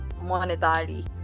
monetary